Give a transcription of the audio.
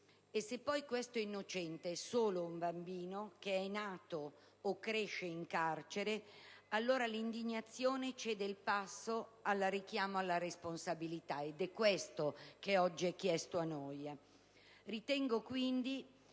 Se poi questo innocente è solo un bambino, che è nato o cresce in carcere, allora l'indignazione cede il passo al richiamo alla responsabilità, ed è questo che oggi è a noi